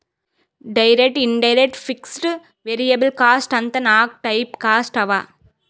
direct, indirect, fixed, variable cost ಅಂತ್ ನಾಕ್ type cost ಅವಾ